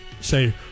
say